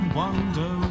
wonder